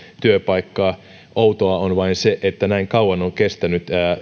työvoimaa outoa on vain se että näin kauan on kestänyt